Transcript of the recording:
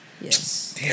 Yes